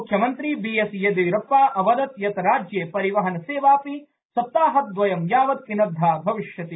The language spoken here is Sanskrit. मुख्यमंत्री बी एस येडिय्रप्पा अवदत् यत् राज्ये परिवहन सेवापि सप्ताहद्वयं यावत् पिनद्धा भविष्यति